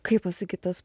kaip pasakyt tas